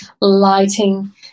lighting